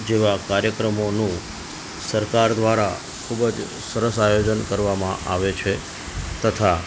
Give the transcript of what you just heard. જેવા કાર્યક્રમોનું સરકાર દ્વારા ખૂબ જ સરસ આયોજન કરવામાં આવે છે તથા